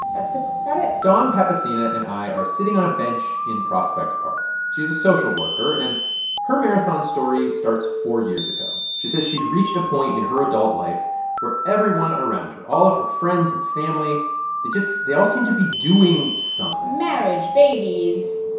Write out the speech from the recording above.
that's about it dawn papacena and i are sitting on a bench in prospect park. she's a social worker, and her marathon story starts four years ago. she says she'd reached a point in her adult life where everyone around her all of her friends and family they just they all seemed to be doing something marriage, babies,